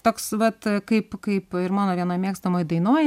toks vat kaip kaip ir mano vienoj mėgstamoj dainoj